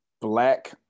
black